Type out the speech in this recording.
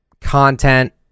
content